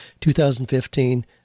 2015